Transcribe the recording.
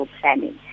planning